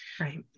Right